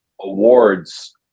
awards